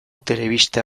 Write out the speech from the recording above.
telebista